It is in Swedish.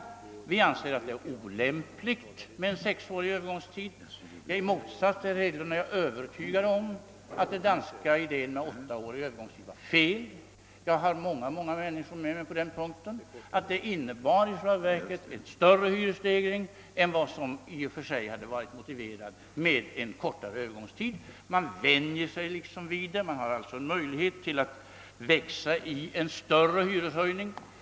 För vår del anser vi att det är olämpligt med en sexårig övergångstid, och i motsats till herr Hedlund är jag övertygad om att den danska idén med åttaårig övergångstid är felaktig. Jag har många, många människor med mig på den punkten — systemet medför i själva verket en högre hyresstegring än vad som i och för sig hade varit motiverad vid en kortare övergångstid. Man vänjer sig liksom vid hyreshöjningen, och man har alltså en möjlighet att växa i en större hyreshöjning.